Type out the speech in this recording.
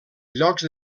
llocs